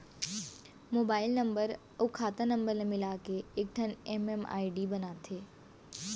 mobile number अउ खाता number ल मिलाके एकठन एम.एम.आई.डी बनाथे